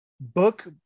book